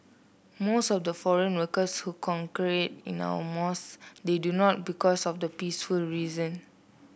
most of the foreign workers who congregate in our mosque they do not because of the peaceful reason